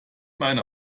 meine